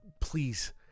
please